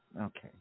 Okay